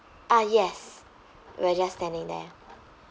ah yes we're just standing there